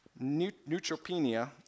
neutropenia